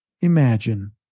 imagine